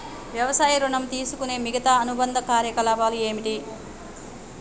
వ్యవసాయ ఋణం తీసుకునే మిగితా అనుబంధ కార్యకలాపాలు ఏమిటి?